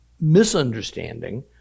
misunderstanding